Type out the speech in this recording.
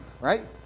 right